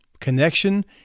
connection